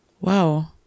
Wow